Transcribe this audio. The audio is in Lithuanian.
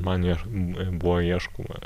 man ir buvo ieškoma